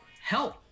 help